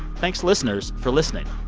thanks listeners for listening.